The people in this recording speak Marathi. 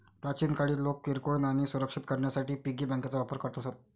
प्राचीन काळी लोक किरकोळ नाणी सुरक्षित करण्यासाठी पिगी बँकांचा वापर करत असत